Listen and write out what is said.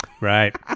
right